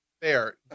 fair